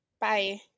bye